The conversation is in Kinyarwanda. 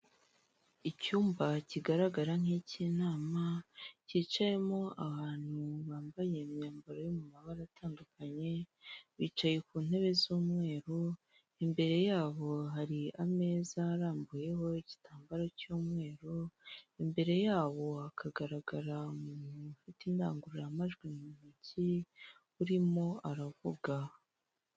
Icyumba kigaragara nk'ik'inama kicayemo abantu bambaye imyambaro yo mu mabara atandukanye, bicaye ku ntebe z'umweru, imbere yabo hari ameza arambuyeho igitambaro cy'umweru, imbere yabo hakagaragara umuntu ufite indangururamajwi mu ntoki urimo aravuga.